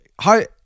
Hi